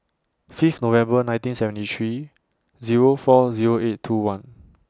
Fifth November nineteen seventy three Zero four Zero eight two one